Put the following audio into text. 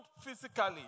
physically